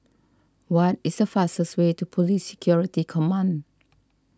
what is the fastest way to Police Security Command